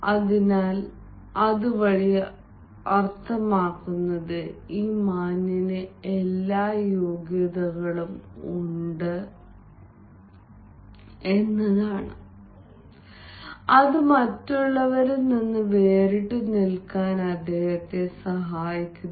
അതിനാൽ അതുവഴി അർത്ഥമാക്കുന്നത് ഈ മാന്യന് എല്ലാ യോഗ്യതകളും ഉണ്ട് അത് മറ്റുള്ളവരിൽ നിന്ന് വേറിട്ടുനിൽക്കാൻ സഹായിക്കുന്നു